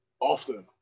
often